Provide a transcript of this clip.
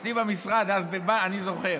אצלי במשרד אז, אני זוכר.